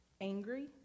angry